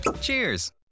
Cheers